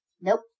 Nope